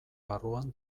barruan